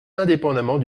indépendement